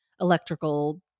electrical